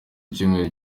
icyumweru